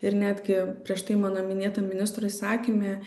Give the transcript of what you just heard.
ir netgi prieš tai mano minėtam ministro įsakyme